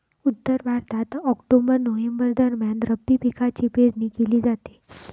उत्तर भारतात October November दरम्यान रब्बी पिकांची पेरणी केली जाते